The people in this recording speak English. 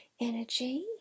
energy